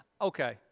okay